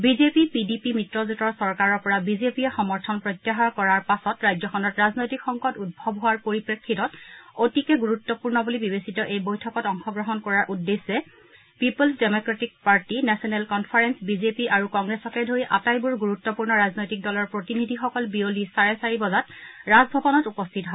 BJP PDP মিত্ৰজেঁটৰ চৰকাৰৰ পৰা বিজেপিয়ে সমৰ্থন প্ৰত্যাহাৰ কৰাৰ পাছত ৰাজ্যখনত ৰাজনৈতিক সংকট উদ্ভৱ হোৱাৰ পৰিপ্ৰেফিতত অতিকে ণুৰুত্বপূৰ্ণ বুলি বিবেচিত এই বৈঠকত অংশগ্ৰহণ কৰাৰ উদ্দেশ্যে Peoples Democratic Party National Conference BJP আৰু কংগ্ৰেছকে ধৰি আটাইবোৰ ণুৰুত্পূৰ্ণ ৰাজনৈতিক দলৰ প্ৰতিনিধিসকল বিয়লি চাৰে চাৰি বজাত ৰাজভৱনত উপস্থিত হয়